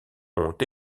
ont